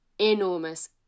enormous